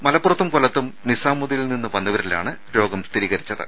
മലപ്പുറത്തും കൊല്പത്തും നിസാമുദീനിൽ നിന്ന് വന്നവരിലാണ് രോഗം സ്ഥിരീകരിച്ചത്